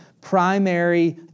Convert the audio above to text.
primary